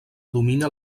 domina